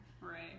right